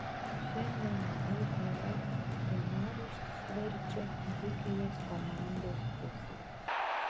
šiandien lkl dienoraštis verčia dzūkijos komandos puslapį